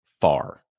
far